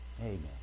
Amen